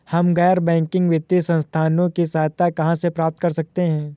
हम गैर बैंकिंग वित्तीय संस्थानों की सहायता कहाँ से प्राप्त कर सकते हैं?